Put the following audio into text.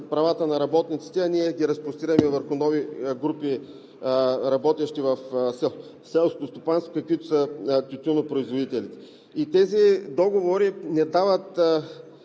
правата на работниците, а ние ги разпростирахме върху нови групи работещи в селското стопанството, каквито са тютюнопроизводителите. Тези договори не дават